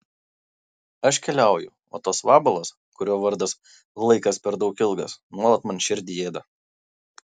aš keliauju o tas vabalas kurio vardas laikas per daug ilgas nuolat man širdį ėda